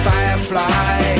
Firefly